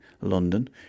london